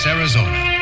Arizona